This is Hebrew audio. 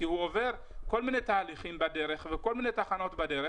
כי הוא עובר כל מיני תהליכים בדרך וכל מיני תחנות בדרך,